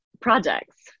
projects